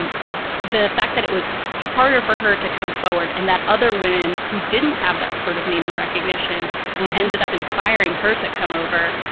and but the fact that it was harder for her to come forward and that other women who didn't have that sort of name and recognition ended up inspiring her to come over.